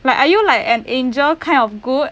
like are you like an angel kind of good